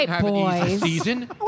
season